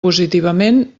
positivament